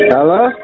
Hello